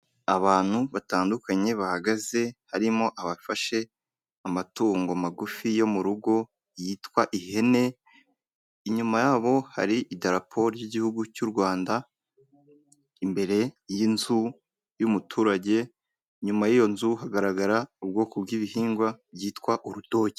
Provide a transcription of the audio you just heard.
Abantu batandukanye bahagaze harimo abafashe amatungo magufi yo mu rugo yitwa ihene, inyuma yabo hari idarapo ry'igihugu cy'u Rwanda, imbere y'inzu y'umuturage, inyuma y'iyo nzu hagaragara ubwoko bw'ibihingwa byitwa urutoki.